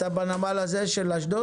אתה בנמל הזה של אשדוד?